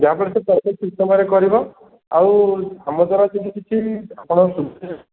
ଯାହାଫଳରେ କି ସେ ପାଠ ଠିକ୍ ସମୟରେ କରିବ ଆଉ ଆମ ଦ୍ଵାରା ଯଦି କିଛି ଆପଣ ସୁବିଧା